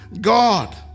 God